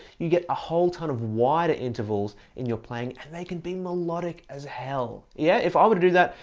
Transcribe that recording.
you get a whole ton of wider intervals in your playing and they can be melodic as hell! yeah if we ah were to do that,